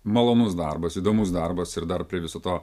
malonus darbas įdomus darbas ir dar prie viso to